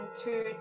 two